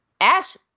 Ash